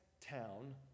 town